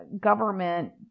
government